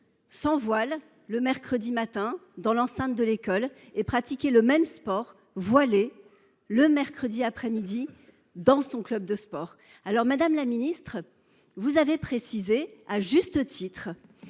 sans voile le mercredi matin dans l’enceinte de l’école et pratiquer le même sport voilée le mercredi après midi dans son club de sport. Madame la ministre, vous avez précisé à juste titre